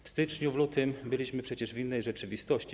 W styczniu, lutym byliśmy przecież w innej rzeczywistości.